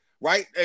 Right